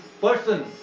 person